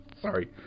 Sorry